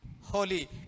holy